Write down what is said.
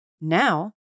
now